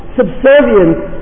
subservience